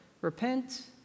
Repent